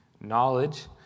Knowledge